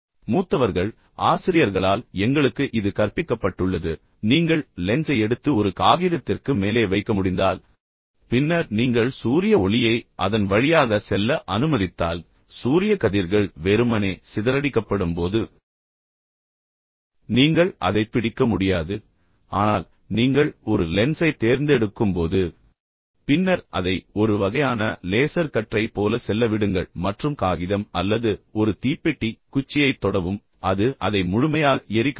மூத்தவர்கள் ஆசிரியர்களால் எங்களுக்கு இது கற்பிக்கப்பட்டுள்ளது நீங்கள் லென்ஸை எடுத்து ஒரு காகிதத்திற்கு மேலே வைக்க முடிந்தால் பின்னர் நீங்கள் சூரிய ஒளியை அதன் வழியாக செல்ல அனுமதித்தால் சூரிய கதிர்கள் வெறுமனே சிதறடிக்கப்படும்போது நீங்கள் அதைத் பிடிக்க முடியாது ஆனால் நீங்கள் ஒரு லென்ஸைத் தேர்ந்தெடுக்கும்போது பின்னர் அதை ஒரு வகையான லேசர் கற்றை போல செல்ல விடுங்கள் மற்றும் காகிதம் அல்லது ஒரு தீப்பெட்டி குச்சியைத் தொடவும் அது அதை முழுமையாக எரிக்க முடியும்